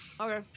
okay